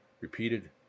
Repeated